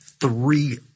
Three